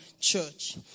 church